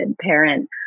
parent